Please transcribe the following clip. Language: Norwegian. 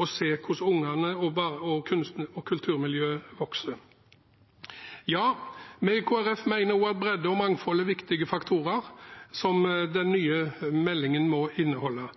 og får se hvordan ungene og kulturmiljøet vokser. Ja, vi i Kristelig Folkeparti mener også at bredde og mangfold er viktige faktorer som den nye meldingen må inneholde.